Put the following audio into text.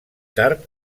tard